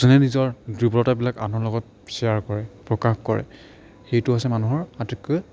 যোনে নিজৰ দুৰ্বলতাবিলাক আনৰ লগত শ্বেয়াৰ কৰে প্ৰকাশ কৰে সেইটো হৈছে মানুহৰ আটইতকৈ